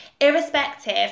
irrespective